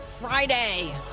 Friday